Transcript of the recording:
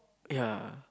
ya